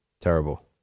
terrible